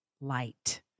light